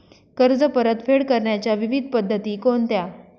कर्ज परतफेड करण्याच्या विविध पद्धती कोणत्या?